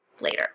later